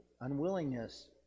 unwillingness